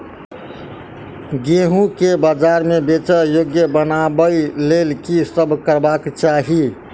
गेंहूँ केँ बजार मे बेचै योग्य बनाबय लेल की सब करबाक चाहि?